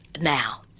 now